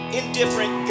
indifferent